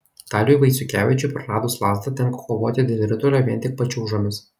daliui vaiciukevičiui praradus lazdą tenka kovoti dėl ritulio vien tik pačiūžomis